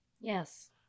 yes